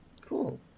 cool